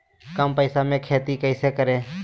कम पैसों में खेती कैसे करें?